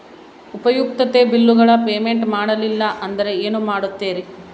ಉಪಯುಕ್ತತೆ ಬಿಲ್ಲುಗಳ ಪೇಮೆಂಟ್ ಮಾಡಲಿಲ್ಲ ಅಂದರೆ ಏನು ಮಾಡುತ್ತೇರಿ?